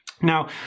Now